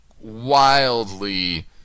wildly